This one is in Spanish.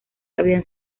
había